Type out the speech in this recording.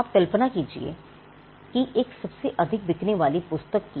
आप कल्पना कीजिए एक सबसे अधिक बिकने वाली पुस्तक की